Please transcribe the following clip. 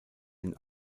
den